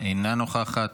אינה נוכחת,